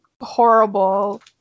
horrible